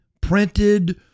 printed